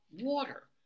water